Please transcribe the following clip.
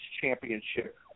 Championship